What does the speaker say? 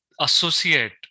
associate